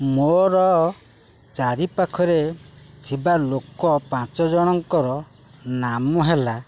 ମୋର ଚାରିପାଖରେ ଥିବା ଲୋକ ପାଞ୍ଚ ଜଣଙ୍କର ନାମ ହେଲା